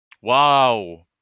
wow